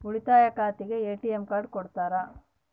ಉಳಿತಾಯ ಖಾತೆಗೆ ATM card ಕೊಡ್ತೇರಿ?